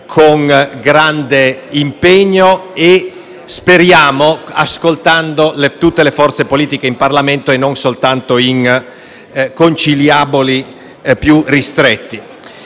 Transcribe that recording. con grande impegno, dando ascolto (speriamo) a tutte le forze politiche in Parlamento e non soltanto a conciliaboli più ristretti.